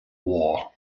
war